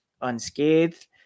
unscathed